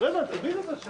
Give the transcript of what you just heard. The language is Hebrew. מי נמנע?